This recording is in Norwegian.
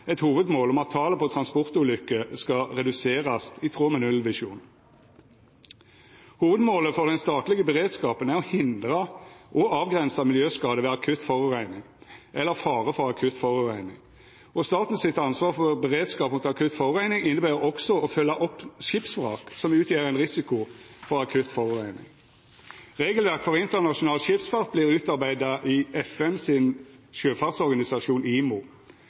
eit hovudmål om at talet på transportulukker skal reduserast, i tråd med nullvisjonen. Hovudmålet for den statlege beredskapen er å hindra og avgrensa miljøskade ved akutt forureining eller fare for akutt forureining, og ansvaret til staten for beredskap mot akutt forureining inneber også å følgja opp skipsvrak som utgjer ein risiko for akutt forureining. Regelverk for internasjonal skipsfart vert utarbeidd i FNs sjøfartsorganisasjon, IMO.